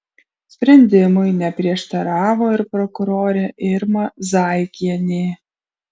sprendimui neprieštaravo ir prokurorė irma zaikienė